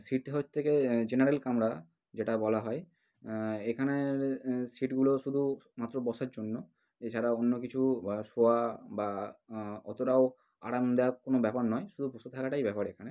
seat হোত থেকে general কামরা যেটা বলা হয় এখানের সিটগুলো শুধুমাত্র বসার জন্য এছাড়া অন্য কিছু বা শোয়া বা অতটাও আরামদায়ক কোনো ব্যাপার নয় শুধু বসে থাকাটাই ব্যাপার এখানে